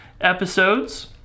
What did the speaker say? episodes